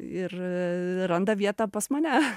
ir randa vietą pas mane